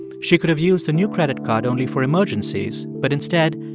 she could have used the new credit card only for emergencies, but instead,